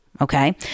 Okay